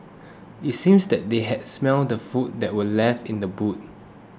it seems that they had smelt the food that were left in the boot